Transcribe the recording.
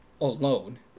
alone